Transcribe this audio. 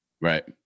Right